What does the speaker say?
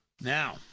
Now